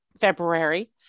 February